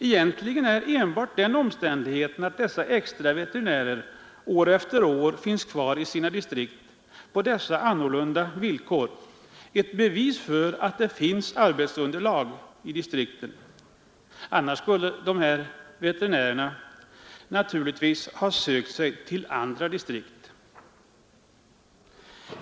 Egentligen är enbart den omständigheten att dessa extra veterinärer år efter år finns kvar i sina distrikt på dessa villkor ett bevis för att det finns arbetsunderlag i distriktet. Annars skulle de naturligtvis ha sökt sig till andra distrikt.